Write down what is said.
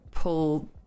pull